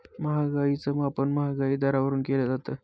महागाईच मापन महागाई दरावरून केलं जातं